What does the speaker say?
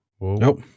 Nope